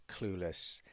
clueless